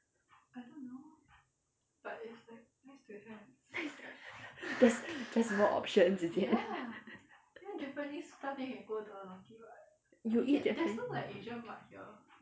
just just more options is it you eat japanese